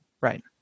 Right